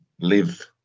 live